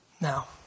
Now